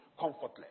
comfortless